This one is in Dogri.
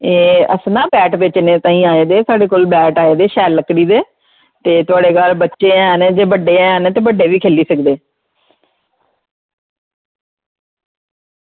एह् अस ना बैट बेचने ताहीं आए दे ते साढ़े बैट आए दे शैल लकड़ी दे ते थुआढ़े घर बच्चे हैन जां बड्डे हैन ओह् खेह्ल्ली सकदे